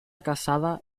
casada